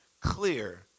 clear